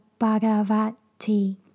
bhagavati